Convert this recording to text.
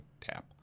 tap